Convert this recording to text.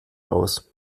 aus